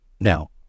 Now